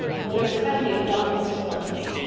well, there's a family of donnells, for one thing.